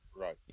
Right